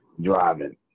Driving